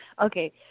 Okay